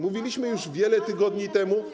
Mówiliśmy wiele tygodni temu.